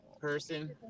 person